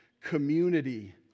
community